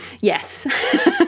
yes